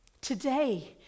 Today